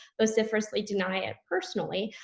vociferously denying it personally.